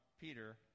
Peter